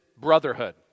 brotherhood